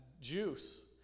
juice